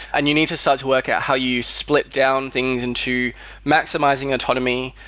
and you need to start to work at how you split down things into maximizing autonomy,